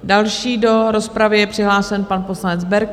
Další do rozpravy je přihlášen pan poslanec Berki.